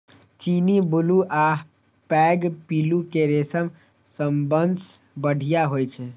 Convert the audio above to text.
चीनी, बुलू आ पैघ पिल्लू के रेशम सबसं बढ़िया होइ छै